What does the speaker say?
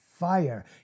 Fire